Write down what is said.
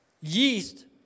yeast